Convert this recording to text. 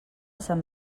sant